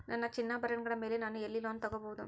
ನನ್ನ ಚಿನ್ನಾಭರಣಗಳ ಮೇಲೆ ನಾನು ಎಲ್ಲಿ ಲೋನ್ ತೊಗೊಬಹುದು?